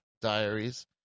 diaries